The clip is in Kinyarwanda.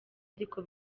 ariko